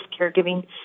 caregiving